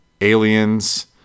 aliens